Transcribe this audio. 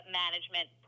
management